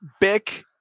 Bick